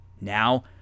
Now